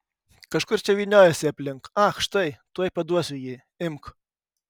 kažkur čia vyniojosi aplink ach štai tuoj paduosiu jį imk